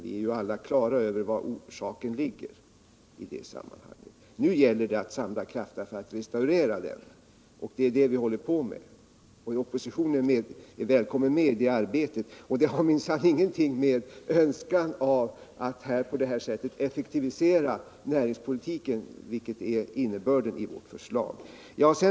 Vi är alla på det klara med var orsaken ligger. Nu gäller det att samla krafterna för att restaurera ekonomin. Det håller vi på med. Oppositionen är välkommen i detta arbete.